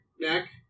neck